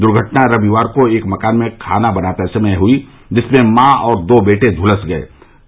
दूर्घटना रविवार को एक मकान में खाना बनाते समय हुई थी जिसमें मॉ और दो बेटे झुलस गये थे